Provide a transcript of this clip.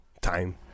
time